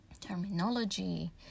terminology